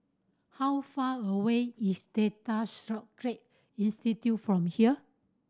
how far away is Data Storage Institute from here